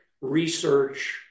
research